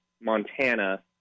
Montana